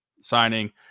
signing